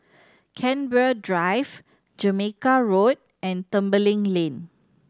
Canberra Drive Jamaica Road and Tembeling Lane